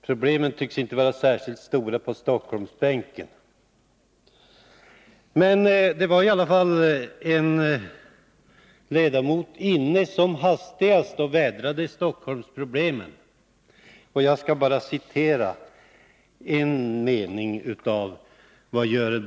Problemen tycks däremot inte vara särskilt stora på Stockholmsbänken. Men en ledamot var inne som hastigast och vädrade Stockholmsproblem. Jag skall citera en mening ur Görel Bohlins anförande.